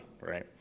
right